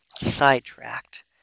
sidetracked